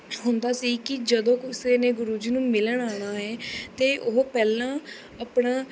ਹੁੰਦਾ ਸੀ ਕਿ ਜਦੋਂ ਕਿਸੇ ਨੇ ਗੁਰੂ ਜੀ ਨੂੰ ਮਿਲਣ ਆਉਣਾ ਹੈ ਤਾਂ ਉਹ ਪਹਿਲਾਂ ਆਪਣਾ